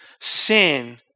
Sin